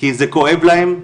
כי זה כואב להם,